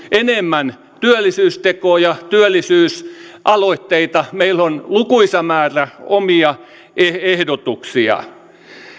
enemmän työllisyystekoja työllisyysaloitteita meillä on lukuisa määrä omia ehdotuksia